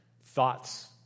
Thoughts